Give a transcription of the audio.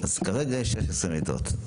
כרגע, יש 16 מיטות.